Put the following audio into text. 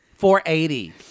480